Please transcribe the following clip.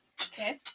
Okay